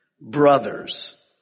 brothers